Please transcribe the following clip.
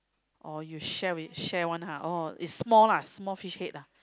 oh you share with share one ha oh is small lah small fish head ah